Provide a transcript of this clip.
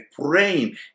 praying